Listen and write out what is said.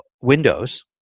Windows